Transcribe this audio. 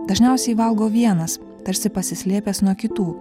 dažniausiai valgo vienas tarsi pasislėpęs nuo kitų